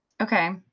Okay